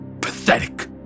Pathetic